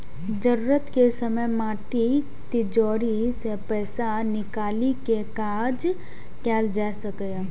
जरूरत के समय माटिक तिजौरी सं पैसा निकालि कें काज कैल जा सकैए